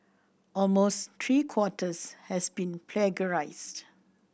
almost three quarters has been plagiarised